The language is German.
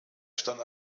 stand